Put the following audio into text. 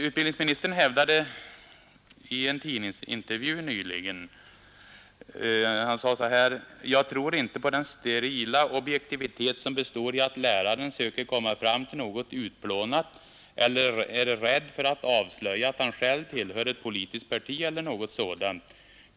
Utbildningministern yttrade 1 en tidningsintervju nyligen: ”Jag tror inte på den sterila objektivitet som består i att läraren söker komma fram till något utplånat eller är rädd för att avslöja att han själv tillhör ett politiskt parti eller något sådant.